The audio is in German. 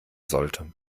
sollte